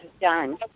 done